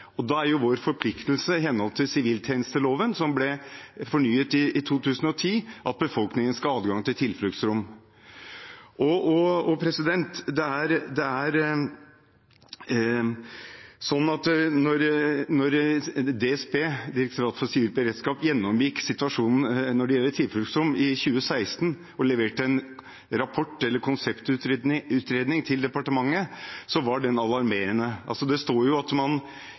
det? Da er vår forpliktelse, i henhold til sivilbeskyttelsesloven som ble fornyet i 2010, at befolkningen skal ha adgang til tilfluktsrom. Da DSB – Direktoratet for samfunnssikkerhet og beredskap – gjennomgikk situasjonen når det gjelder tilfluktsrom i 2016, og leverte en konseptutredning til departementet, var den alarmerende. Det står at